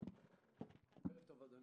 טוב אדוני.